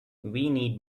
need